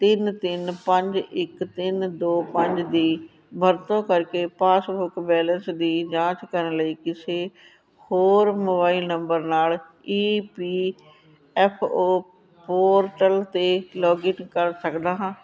ਤਿੰਨ ਤਿੰਨ ਪੰਜ ਇੱਕ ਤਿੰਨ ਦੋ ਪੰਜ ਦੀ ਵਰਤੋਂ ਕਰਕੇ ਪਾਸਬੁੱਕ ਬੈਲੇਂਸ ਦੀ ਜਾਂਚ ਕਰਨ ਲਈ ਕਿਸੇ ਹੋਰ ਮੋਬਾਈਲ ਨੰਬਰ ਨਾਲ E P F O portal 'ਤੇ ਲੌਗਇਨ ਕਰ ਸਕਦਾ ਹਾਂ